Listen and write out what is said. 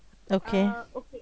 okay